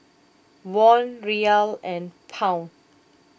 Won Riyal and Pound